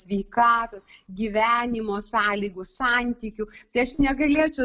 sveikatos gyvenimo sąlygų santykių aš negalėčiau